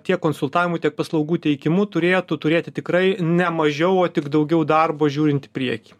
tiek konsultavimu tiek paslaugų teikimu turėtų turėti tikrai ne mažiau o tik daugiau darbo žiūrint į priekį